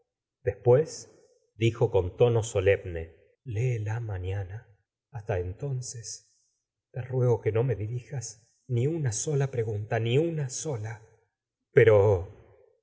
después dijo con tono solemne léela mañana hasta entonces te ruego que no me dirijas ni una sola pregunta ni una sola pero